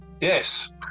Yes